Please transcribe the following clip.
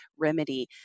remedy